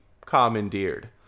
commandeered